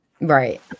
Right